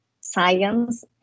science